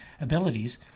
abilities